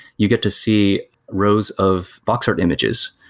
you get to see rows of boxart images.